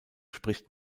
spricht